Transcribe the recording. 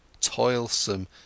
toilsome